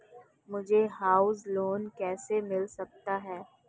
मुझे house loan कैसे मिल सकता है?